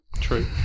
True